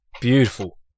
Beautiful